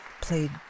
played